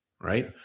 right